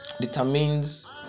determines